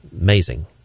Amazing